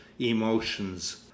emotions